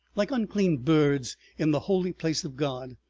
like unclean birds in the holy place of god.